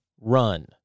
run